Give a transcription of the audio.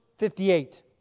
58